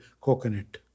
coconut